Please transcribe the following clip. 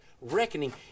reckoning